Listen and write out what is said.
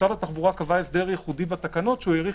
משרד התחבורה קבע הסדר ייחודי בתקנות שהאריך